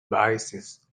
biases